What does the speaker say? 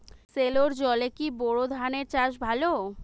সেলোর জলে কি বোর ধানের চাষ ভালো?